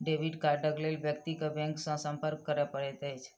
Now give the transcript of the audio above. debit कार्डक लेल व्यक्ति के बैंक सॅ संपर्क करय पड़ैत अछि